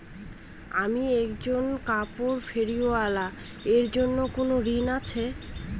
আমি একজন কাপড় ফেরীওয়ালা এর জন্য কোনো ঋণ আছে?